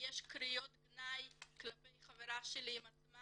ויש קריאות גנאי כלפי חברה שלי עם עצמה